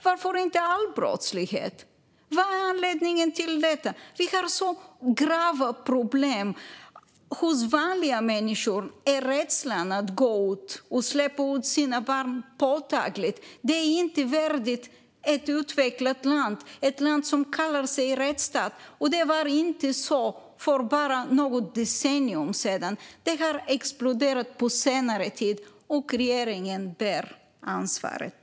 Varför inte all brottslighet? Vad är anledningen till detta? Vi har grava problem. Hos vanliga människor är rädslan att gå ut och att släppa ut sina barn påtaglig. Det är inte värdigt ett utvecklat land, ett land som kallar sig rättsstat, och det var inte så för bara något decennium sedan. Det har exploderat på senare tid, och regeringen bär ansvaret.